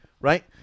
Right